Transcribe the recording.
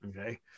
Okay